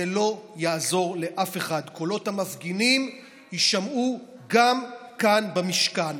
זה לא יעזור לאף אחד, קולות המפגינים יישמעו גם כאן במשכן.